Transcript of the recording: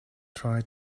try